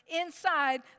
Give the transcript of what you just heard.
inside